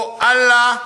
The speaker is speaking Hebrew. או אללה,